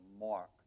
Mark